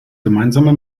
gemeinsame